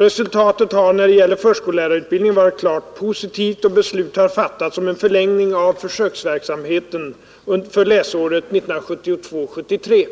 Resultatet har när det gäller förskollärarutbildningen varit klart positivt och beslut har fattats om en förlängning av försöksverksamheten för läsåret 1972/73.